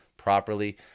properly